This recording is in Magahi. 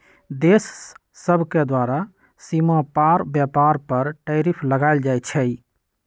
देश सभके द्वारा सीमा पार व्यापार पर टैरिफ लगायल जाइ छइ